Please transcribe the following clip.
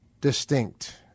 distinct